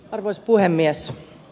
arvoisa puhemies